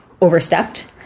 overstepped